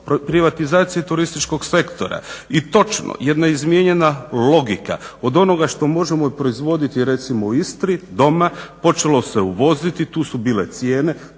Privatizacije turističkog sektora. I točno, jedna izmijenjena logika od onoga što možemo proizvoditi recimo u Istri, doma počelo se uvoziti. Tu su bile cijene,